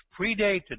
predated